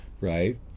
right